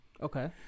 okay